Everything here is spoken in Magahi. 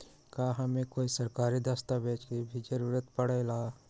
का हमे कोई सरकारी दस्तावेज के भी जरूरत परे ला?